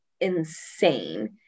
insane